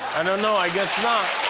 i don't know, i guess not,